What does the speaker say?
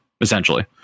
essentially